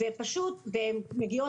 והן פשוט מגיעות